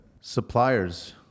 Suppliers